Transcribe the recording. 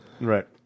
right